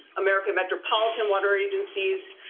american metropolitan water agencies,